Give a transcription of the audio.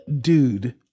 dude